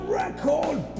record